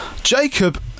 jacob